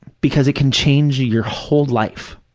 because it can change your whole life,